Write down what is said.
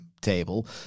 table